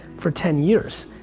for ten years.